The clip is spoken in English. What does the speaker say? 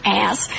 ass